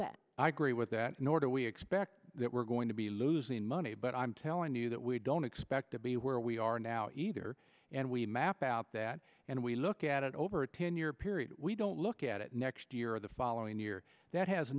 that i agree with that nor do we expect that we're going to be losing money but i'm telling you that we don't expect to be where we are now either and we map out that and we look at it over a ten year period we don't look at it next year or the following year that has